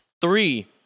Three